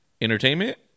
Entertainment